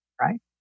right